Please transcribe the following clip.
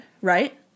right